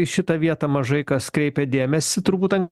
į šitą vietą mažai kas kreipė dėmesį turbūt an